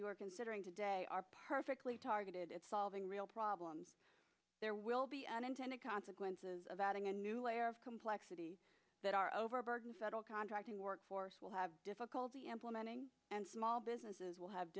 are considering today are perfectly targeted at solving real problems there will be unintended consequences of adding a new layer of complexity that our overburdened federal contracting workforce will have difficulty implementing and small businesses will have